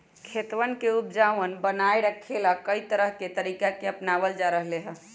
खेतवन के उपजाऊपन बनाए रखे ला, कई तरह के तरीका के अपनावल जा रहले है